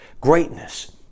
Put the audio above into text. greatness